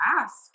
ask